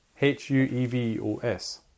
H-U-E-V-O-S